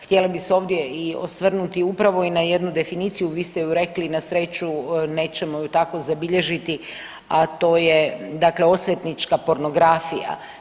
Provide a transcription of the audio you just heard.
Htjela bih se ovdje i osvrnuti upravo i na jednu definiciju, vi ste ju rekli, na sreću, nećemo ju tako zabilježiti, a to je dakle osvetnička pornografija.